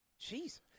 Jeez